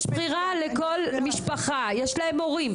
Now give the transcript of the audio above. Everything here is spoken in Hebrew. יש להם הורים.